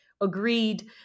agreed